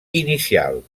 inicial